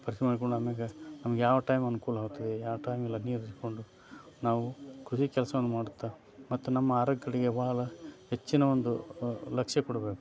ಪರೀಕ್ಷೆ ಮಾಡಿಕೊಂಡು ಆಮೇಲೆ ನಮಗೆ ಯಾವ ಟೈಮ್ ಅನುಕೂಲ ಆಗುತ್ತದೆ ಯಾವ ಟೈಮ್ ಇಲ್ಲ ನೀರು ಹರಿಸಿಕೊಂಡು ನಾವು ಕೃಷಿ ಕೆಲಸವನ್ನು ಮಾಡುತ್ತಾ ಮತ್ತು ನಮ್ಮ ಆರೋಗ್ಯ ಕಡೆಗೆ ಭಾಳ ಹೆಚ್ಚಿನ ಒಂದು ಲಕ್ಷ್ಯ ಕೊಡಬೇಕು